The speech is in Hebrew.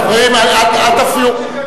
חברים, אל תפריעו.